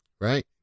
Right